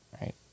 right